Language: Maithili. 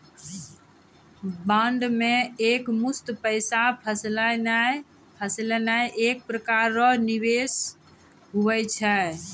बॉन्ड मे एकमुस्त पैसा फसैनाइ एक प्रकार रो निवेश हुवै छै